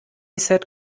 said